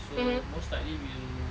so most likely will